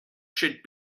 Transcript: should